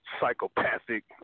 psychopathic